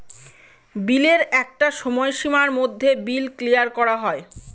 বিলের একটা সময় সীমার মধ্যে বিল ক্লিয়ার করা হয়